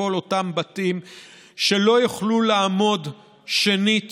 בכל אותם בתים שלא יוכלו לעמוד שנית